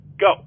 Go